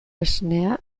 esnea